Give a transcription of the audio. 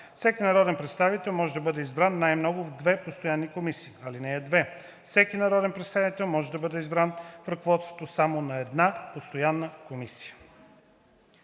Всеки народен представител може да бъде избран най-много в две постоянни комисии. (2) Всеки народен представител може да бъде избран в ръководството само на една постоянна комисия.“